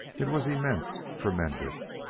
it was immense, tremendous.